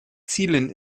zielen